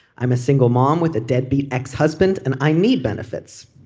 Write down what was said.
i'm a single mom with a deadbeat ex-husband and i need benefits.